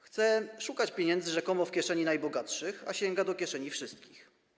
Chce szukać pieniędzy rzekomo w kieszeni najbogatszych, a sięga do kieszeni wszystkich.